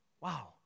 wow